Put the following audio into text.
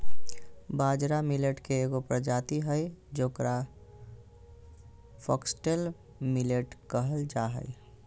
बाजरा मिलेट के एगो प्रजाति हइ जेकरा फॉक्सटेल मिलेट कहल जा हइ